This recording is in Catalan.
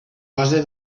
base